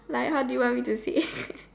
like how do you want me to say